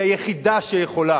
היא היחידה שיכולה.